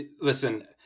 Listen